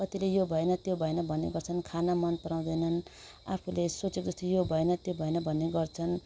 कतिले यो भएन त्यो भएन भन्ने गर्छन् खाना मनपराउँदैनन् अर्कोले सोचेको जस्तो यो भएन त्यो भएन भन्ने गर्छन्